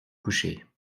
coucher